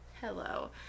hello